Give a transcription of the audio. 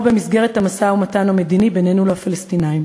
במסגרת המשא-ומתן המדיני בינינו לפלסטינים.